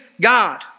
God